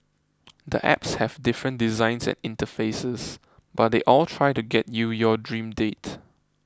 the apps have different designs and interfaces but they all try to get you your dream date